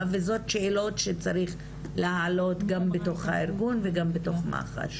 וזאת שאלה שצריך להעלות גם בתוך הארגון וגם בתוך מח"ש,